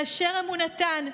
יהיו אשר יהיו אמונתן,